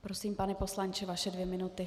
Prosím, pane poslanče, vaše dvě minuty.